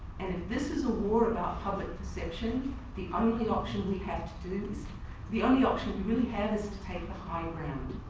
and if this is a war about public perception the only option we have to do the only option we really have is to take the high ground.